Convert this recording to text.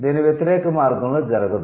దీని వ్యతిరేక మార్గంలో జరగదు